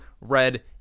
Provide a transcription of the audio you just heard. red